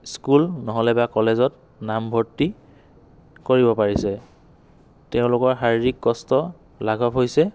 school নহ'লে বা কলেজত নামভৰ্তি কৰিব পাৰিছে তেওঁলোকৰ শাৰীৰিক কষ্ট লাঘৱ হৈছে